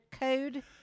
code